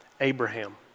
Abraham